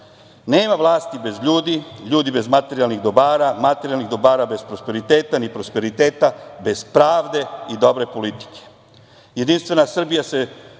Nema vlasti bez ljudi, ljudi bez materijalnih dobara, materijalnih dobara bez prosperiteta, ni prosperiteta bez pravde i dobre